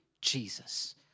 Jesus